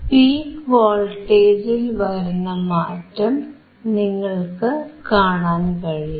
peak വോൾട്ടേജിൽ വരുന്ന മാറ്റം നിങ്ങൾക്കു കാണാൻ കഴിയും